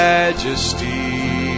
Majesty